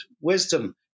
wisdom